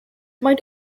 might